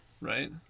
Right